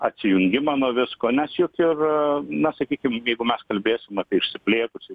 atsijungimą nuo visko nes juk ir na sakykim jeigu mes kalbėsim apie išsilplėtusį